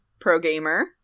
Pro-gamer